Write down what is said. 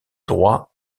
droit